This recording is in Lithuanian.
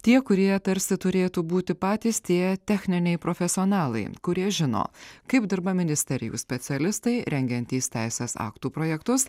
tie kurie tarsi turėtų būti patys tie techniniai profesionalai kurie žino kaip dirba ministerijų specialistai rengiantys teisės aktų projektus